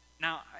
Now